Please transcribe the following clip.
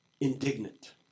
indignant